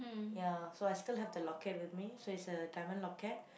ya so I still have the locket with me so it's a diamond locket